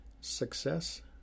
Success